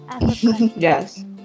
Yes